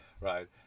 Right